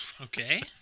okay